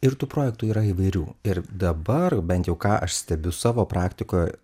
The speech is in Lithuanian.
ir tų projektų yra įvairių ir dabar bent jau ką aš stebiu savo praktikoj